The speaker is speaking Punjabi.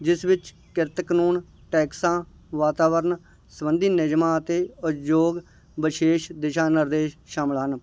ਜਿਸ ਵਿੱਚ ਕਿਰਤ ਕਾਨੂੰਨ ਟੈਕਸਾਂ ਵਾਤਾਵਰਨ ਸਬੰਧੀ ਨਿਯਮਾਂ ਅਤੇ ਉਦਯੋਗ ਵਿਸ਼ੇਸ਼ ਦਿਸ਼ਾ ਨਿਰਦੇਸ਼ ਸ਼ਾਮਿਲ ਹਨ